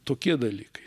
tokie dalykai